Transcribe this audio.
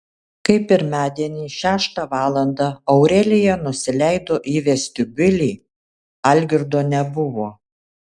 kai pirmadienį šeštą valandą aurelija nusileido į vestibiulį algirdo nebuvo